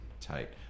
Tight